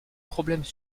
problèmes